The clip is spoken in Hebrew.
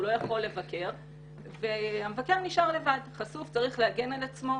הוא לא יכול לבקר והמבקר נשאר לבד והוא חשוף וצריך להגן על עצמו.